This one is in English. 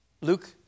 Luke